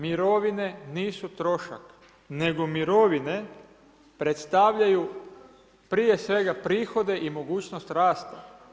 Mirovine nisu trošak, nego mirovine predstavljaju prije svega prihode i mogućnost rasta.